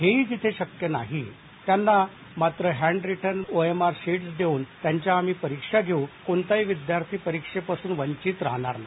हे ही जिथं शक्य नाही त्यांना मात्र हँड रिर्टन ओएमआर शिटस देऊन त्यांच्या आम्ही परीक्षा घेवू आणि कोणताही विद्यार्थी परीक्षेपासून वंचित राहणार नाही